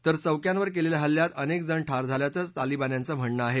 तर चौक्यांवर केलेल्या हल्ल्यात अनेक जण ठार झाल्याचं तालिबान्यांचं म्हणणं आहे